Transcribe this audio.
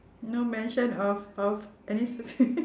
no mention of of any specific